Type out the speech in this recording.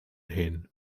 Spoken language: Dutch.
heen